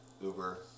Uber